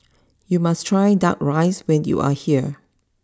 you must try Duck Rice when you are here